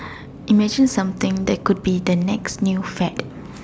imagine something that could be the next new fad